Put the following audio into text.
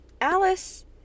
Alice